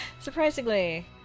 Surprisingly